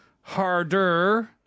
harder